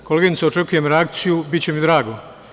Koleginice, očekujem reakciju, biće mi drago.